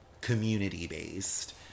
community-based